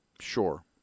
Sure